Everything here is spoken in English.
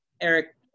Eric